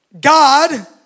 God